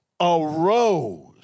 arose